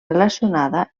relacionada